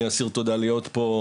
אני אסיר תודה להיות פה,